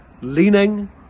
leaning